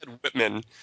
Whitman